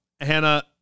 Hannah